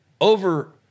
Over